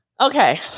Okay